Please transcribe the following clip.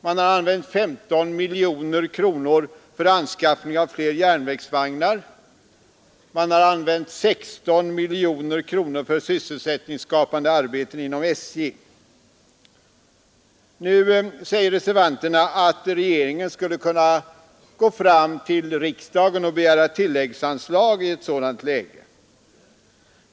Man har använt 15 miljoner kronor för anskaffning av fler järnvägsvagnar, och man har använt 16 miljoner kronor för sysselsättningsskapande arbeten inom SJ. Nu säger reservanterna att regeringen skulle kunna gå till riksdagen och begära tilläggsanslag i ett sådant läge.